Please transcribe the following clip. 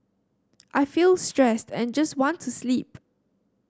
I feel stressed and just want to sleep